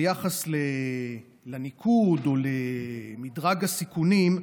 ביחס לניקוד או למדרג הסיכונים.